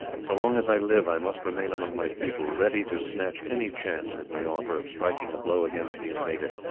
so long as i live i must remain among my people, ready to snatch any chance that may offer of striking a blow against the invader.